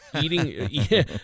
eating